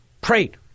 Prayed